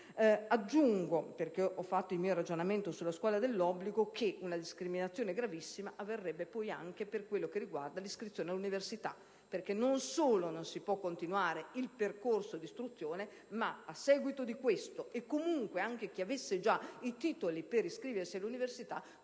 Aggiungo, a seguito di questo mio ragionamento sulla scuola dell'obbligo, che una discriminazione gravissima si produrrebbe anche per ciò che riguarda l'iscrizione all'università, perché, non solo non si potrebbe continuare il percorso di istruzione, ma, a seguito di tale norma, anche chi avesse già i titoli per iscriversi all'università